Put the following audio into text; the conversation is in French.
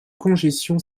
congestion